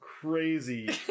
crazy